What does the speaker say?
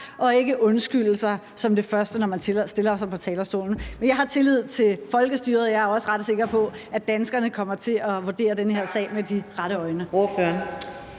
og ikke undskylde sig som det første, når man stiller sig på talerstolen. Men jeg har tillid til folkestyret, og jeg er også ret sikker på, at danskerne kommer til at vurdere den her sag med de rette øjne.